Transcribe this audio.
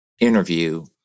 interview